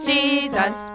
Jesus